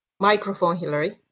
microphone, hillary.